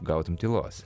gautum tylos